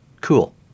Cool